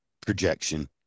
projection